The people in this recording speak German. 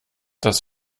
das